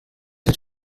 hat